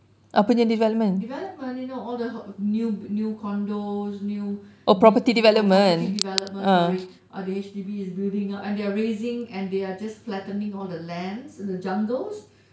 development you know all the new new condos new property development sorry the H_D_B is building up and they are raising and they are just flattening all the lands and the jungles